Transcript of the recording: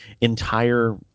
entire